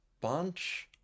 bunch